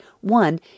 One